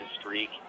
streak